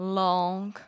long